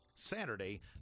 Saturday